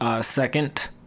second